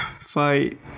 fight